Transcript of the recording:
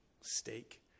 steak